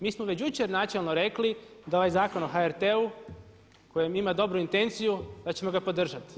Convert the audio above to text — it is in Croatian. Mi smo već jučer načelno rekli da ovaj Zakon o HRT-u koji ima dobru intenciju da ćemo ga podržati.